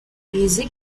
music